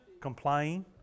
Complain